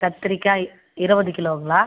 கத்திரிக்காய் இ இருபது கிலோங்களா